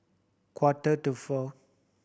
quarter to four